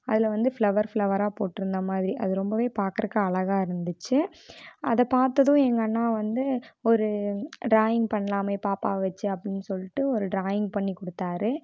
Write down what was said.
அதில் வந்து ஃபிளவர் ஃபிளவராக போட்டுருந்த மாதிரி அது ரொம்பவே பார்க்கறக்கு அழகாக இருந்துச்சு அதை பார்த்ததும் எங்கள் அண்ணா வந்து ஒரு டிராயிங் பண்ணலாமே பாப்பாவை வச்சு அப்படின்னு சொல்லிட்டு ஒரு டிராயிங் பண்ணி கொடுத்தாரு